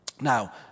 Now